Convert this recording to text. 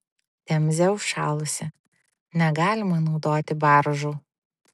temzė užšalusi negalima naudoti baržų